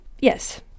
Yes